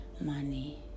money